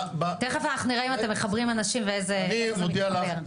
תיכף אנחנו נראה אם אתם מחברים אנשים ואיזה -- אני מודיע לך,